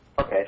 Okay